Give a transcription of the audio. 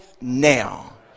now